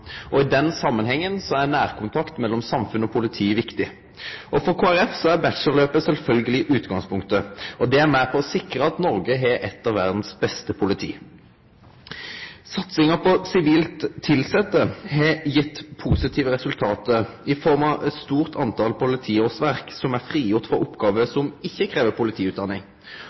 I den samanhengen er nærkontakt mellom samfunn og politi viktig. For Kristeleg Folkeparti er bachelorløpet sjølvsagt utgangspunktet. Det er med på å sikre at Noreg har eit av verdas beste politi. Satsinga på sivilt tilsette har gjeve positive resultat i form av at eit stort tal politiårsverk er frigjorde frå oppgåver som ikkje krev politiutdanning.